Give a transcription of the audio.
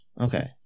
Okay